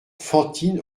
fantine